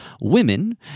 women